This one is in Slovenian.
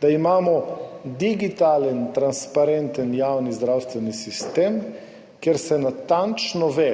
da imamo digitalen, transparenten javni zdravstveni sistem, kjer se natančno ve,